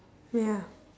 ya